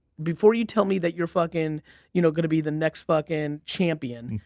before you tell me that you're fucking you know gonna be the next fucking champion,